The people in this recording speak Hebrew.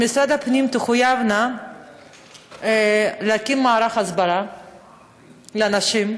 שמשרד הפנים יחויב להקים מערך הסברה לאנשים,